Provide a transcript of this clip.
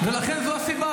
ולכן זו הסיבה